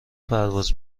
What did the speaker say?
پرواز